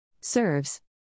Serves